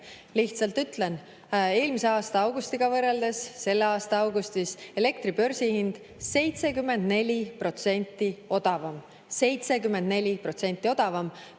Lihtsalt ütlen, et eelmise aasta augustiga võrreldes oli selle aasta augustis elektri börsihind 74% odavam – 74% odavam!